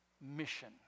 mission